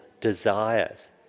desires